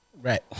Right